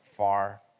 far